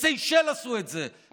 בסיישל עשו את זה,